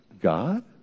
God